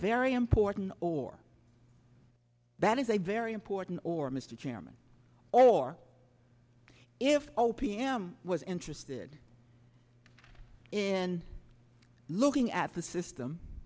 very important or that is a very important or mr chairman or if o p m was interested in looking at the system